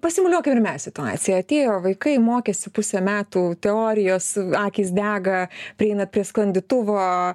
pasimuliuokim ir mes situaciją atėjo vaikai mokėsi pusę metų teorijos akys dega prieina prie sklandytuvo